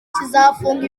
kizafungura